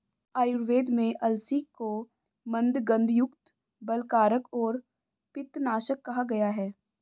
आयुर्वेद में अलसी को मन्दगंधयुक्त, बलकारक और पित्तनाशक कहा गया है